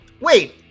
Wait